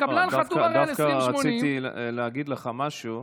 הקבלן חתום הרי על 80/20. דווקא רציתי להגיד לך משהו.